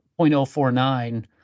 0.049